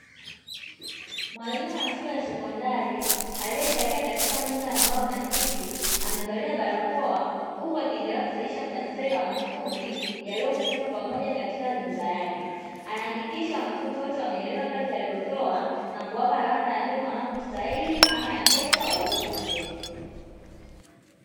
Mwalimu wa shule ya sekondari aliyekalia katika meza ya mbao na kiti amevalia barakoa huku akiendelea kusahihisha madaftari ya wanafunzi yaliyokusanywa pamoja katika meza yake, anahakikisha wanafunzi wote wameelewa kazi aliyotoa na kuwapa alama ya vema wanapostahili ama ya kosa walipo kosea.